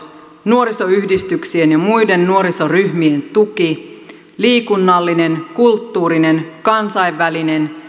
nuorisoyhdistyksien ja muiden nuorisoryhmien tuki liikunnallinen kulttuurinen kansainvälinen